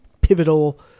pivotal